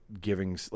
giving